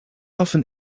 often